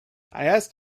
asked